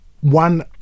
one